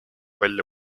välja